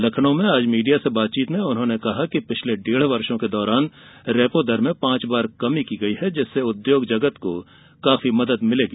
लखनऊ में आज मीडिया से बातचीत में उन्होंने कहा कि पिछले डेढ़ वर्षो के दौरान रेपो दर में पांच बार कमी की गयी है जिससे उद्योग जगत को काफी मदद मिलेगी